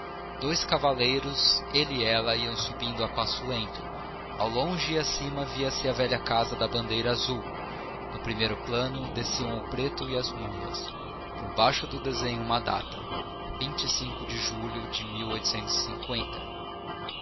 dois cavaleiros ele e ela iam subindo a passo lento ao longe e acima via-se a velha casa da bandeira azul no primeiro plano desciam o preto e as mulas por baixo do desenho uma data de julho de